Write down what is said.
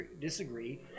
disagree